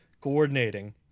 coordinating